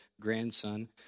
grandson